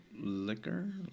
liquor